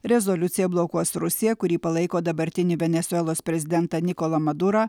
rezoliuciją blokuos rusija kuri palaiko dabartinį venesuelos prezidentą nikolą madurą